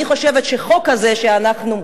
אני חושבת שהחוק הזה שאנחנו,